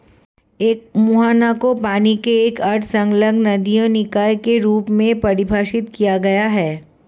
एक मुहाना को पानी के एक अर्ध संलग्न तटीय निकाय के रूप में परिभाषित किया गया है